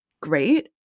great